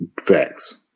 Facts